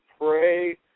pray